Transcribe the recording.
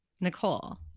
Nicole